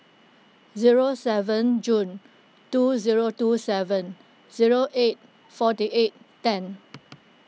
zero seven June two zero two seven zero eight forty eight ten